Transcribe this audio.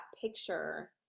picture